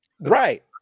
Right